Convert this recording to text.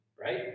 Right